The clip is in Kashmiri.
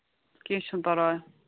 کیٚنہہ چھُنہٕ پَرواے